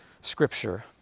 scripture